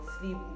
sleep